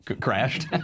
crashed